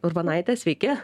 urbonaitė sveiki